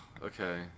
Okay